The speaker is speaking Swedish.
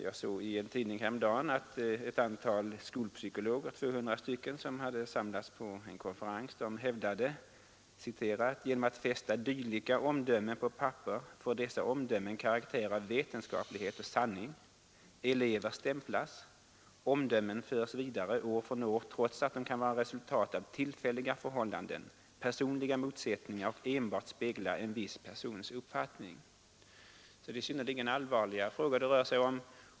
Jag såg i en tidning häromdagen att 200 skolpsykologer, som hade samlats på en konferens, hade gjort följande uttalande: ”Genom att fästa dylika omdömen på papper får dessa omdömen karaktär av vetenskaplighet och sanning. Elever stämplas. Omdömen förs vidare år från år trots att de kan vara resultat av tillfälliga förhållanden, personliga motsättningar och enbart spegla en viss persons uppfattning.” Det är synnerligen allvarliga frågor det rör sig om.